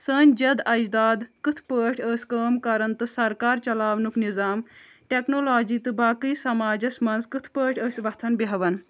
سٲنۍ جَد اَجداد کِتھ پٲٹھۍ ٲسۍ کٲم کَران تہٕ سَرکار چَلاونُک نِظام ٹٮ۪کنوٚلوجی تہٕ باقٕے سَماجَس منٛز کِتھ پٲٹھۍ ٲسۍ وۄتھان بیٚہوان